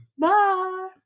Bye